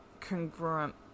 congruent